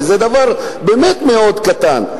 וזה דבר באמת מאוד קטן.